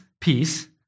peace